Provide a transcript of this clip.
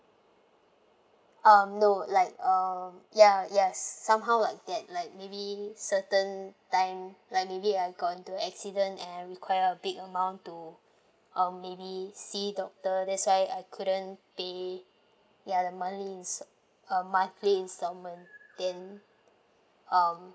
um no like um ya yes somehow like that like maybe certain time like maybe I got into accident and I require a big amount to um maybe see doctor that's why I couldn't pay ya the monthly ins~ uh monthly instalment then um